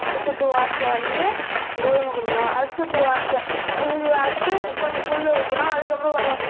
அடுத்து டூ ஹார்ஸில் வந்து கோதுமை கொடுக்கணும் அடுத்து டூ ஹார்ஸில் இது அடுத்து கொஞ்சம் புல் வைக்கணும் அதுக்கப்புறம் கொஞ்சம்